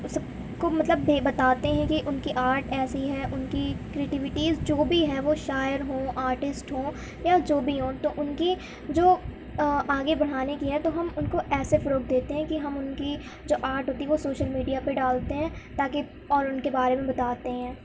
سب کو مطلب بتاتے ہیں کہ ان کی آرٹ ایسی ہے ان کی کریٹوٹیز جو بھی ہیں وہ شاعر ہوں آرٹسٹ ہوں یا جو بھی ہوں تو ان کی جو آگے بڑھانے کی ہے تو ہم ان کو ایسے فروغ دیتے ہیں کہ ہم ان کی جو آرٹ ہوتی ہے وہ سوشل میڈیا پہ ڈالتے ہیں تا کہ اور ان کے بارے میں بتاتے ہیں